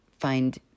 find